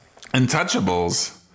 untouchables